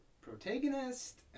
protagonist